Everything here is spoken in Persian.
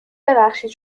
ببخشید